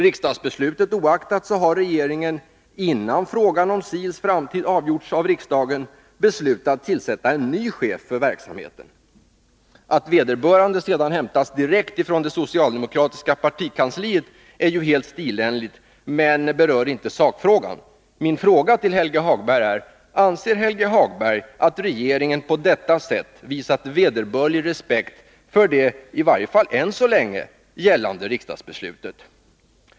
Riksdagsbeslutet oaktat har regeringen, innan frågan om SIL:s framtid avgjorts av riksdagen, beslutat tillsätta en ny chef för verksamheten. Att vederbörande sedan hämtats direkt från det socialdemokratiska partikansliet är ju helt stilenligt men berör inte sakfrågan. Min fråga till Helge Hagberg är: Anser Helge Hagberg att regeringen på detta sätt visat vederbörlig respekt för det i varje fall ännu så länge gällande riksdagsbeslutet?